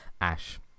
Ash